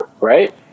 right